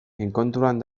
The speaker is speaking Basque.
enkontruan